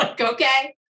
okay